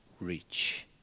rich